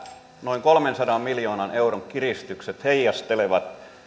noin kolmensadan miljoonan euron kiristykset heijastuvat